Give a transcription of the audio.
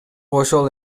ошол